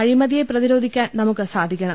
അഴിമതിയെ പ്രതിരോധിക്കാൻ നമുക്ക് സാധിക്കണം